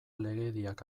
legediak